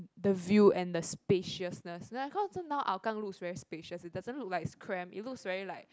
the view and the spaciousness cause Hougang looks very spacious it doesn't look like it's cramp it looks very like